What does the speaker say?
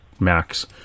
Max